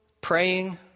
praying